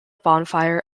bonfire